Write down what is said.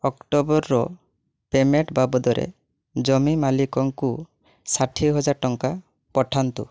ଅକ୍ଟୋବରର payment ବାବଦରେ ଜମି ମାଲିକଙ୍କୁ ଷାଠିଏ ଟଙ୍କା ପଠାନ୍ତୁ